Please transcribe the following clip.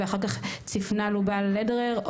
ואחר כך דפנה לובל לדרר,